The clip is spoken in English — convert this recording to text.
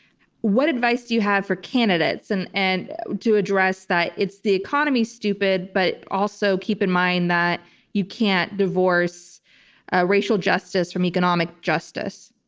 what advice do you have for candidates and and to address that it's the economy, stupid, but also keep in mind that you can't divorce racial justice from economic justice?